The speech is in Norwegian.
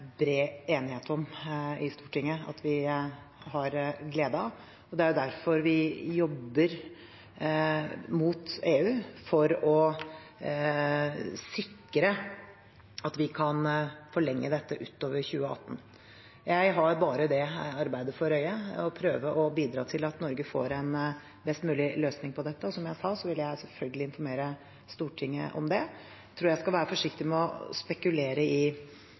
derfor vi jobber mot EU for å sikre at vi kan forlenge dette utover 2018. Jeg har bare det arbeidet for øye å prøve å bidra til at Norge får en best mulig løsning på dette. Som jeg sa, vil jeg selvfølgelig informere Stortinget om det. Jeg tror jeg skal være forsiktig med å spekulere i